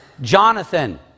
Jonathan